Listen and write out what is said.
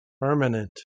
permanent